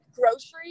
groceries